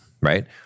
Right